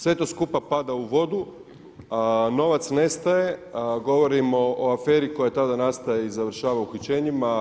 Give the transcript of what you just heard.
Sve to skupa pada u vodu, novac nestaje a govorimo o aferi koja tada nastaje i završava uhićenjima.